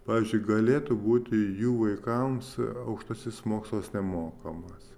pavyzdžiui galėtų būti jų vaikams aukštasis mokslas nemokamas